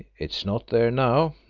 it is not there now,